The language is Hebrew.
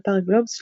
באתר גלובס,